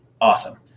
awesome